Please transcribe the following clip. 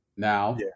Now